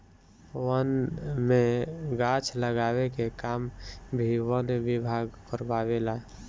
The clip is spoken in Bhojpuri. वन में गाछ लगावे के काम भी वन विभाग कारवावे ला